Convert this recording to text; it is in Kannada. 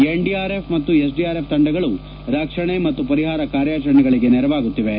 ಎನ್ಡಿಆರ್ಫ್ ಮತ್ತು ಎಸ್ಡಿಆರ್ಎಫ್ ತಂಡಗಳು ರಕ್ಷಣೆ ಮತ್ತು ಪರಿಹಾರ ಕಾರ್ಯಾಚರಣೆಗಳಿಗೆ ನೆರವಾಗುತ್ತಿವೆ